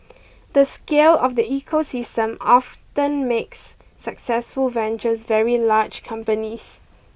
the scale of the ecosystem often makes successful ventures very large companies